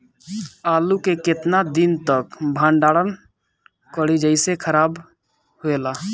आलू के केतना दिन तक भंडारण करी जेसे खराब होएला?